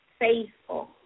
faithful